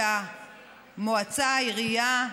שהמועצה, העירייה,